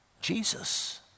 Jesus